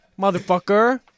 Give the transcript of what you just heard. Motherfucker